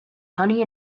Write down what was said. honey